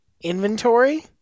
inventory